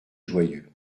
joyeux